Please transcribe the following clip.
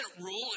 rule